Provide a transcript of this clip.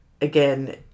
Again